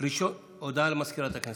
הודעה למזכירת הכנסת.